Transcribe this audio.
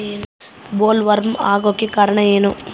Bollworm ಆಗೋಕೆ ಕಾರಣ ಏನು?